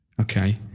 Okay